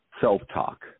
self-talk